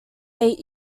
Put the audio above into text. eight